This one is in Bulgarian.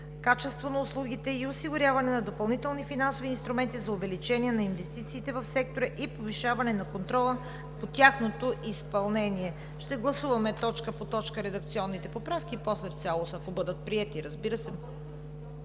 качество на услугите и осигуряване на допълнителни финансови инструменти за увеличение на инвестициите в сектора и повишаване на контрола по тяхното изпълнение.“ Ще гласуваме точка по точка редакционните поправки и после в цялост, ако бъдат приети, разбира се.